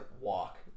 walk